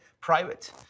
private